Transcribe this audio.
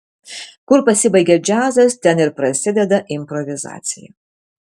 kur pasibaigia džiazas ten ir prasideda improvizacija